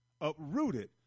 uprooted